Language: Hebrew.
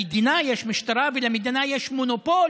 למדינה יש משטרה ולמדינה יש מונופול